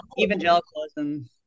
evangelicalism